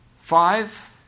Five